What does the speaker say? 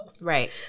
Right